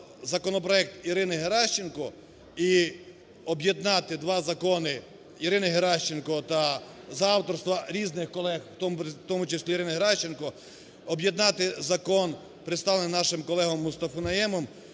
законопроект Ірини Геращенко і об'єднати два закони Ірини Геращенко та за авторства різних колег, у тому числі Ірини Геращенко, об'єднати закон, представлений нашим колегою Мустафою Найємом,